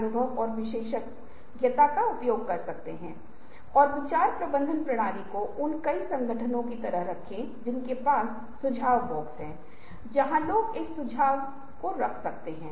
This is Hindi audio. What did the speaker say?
अब हम कहते हैं कि क्या आप उनमें से कई को उठा सकते हैं या आप उनमें से किसी एक को भी उठा सकते हैं